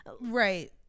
right